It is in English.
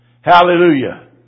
Hallelujah